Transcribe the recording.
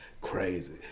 crazy